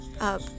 up